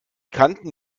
kanten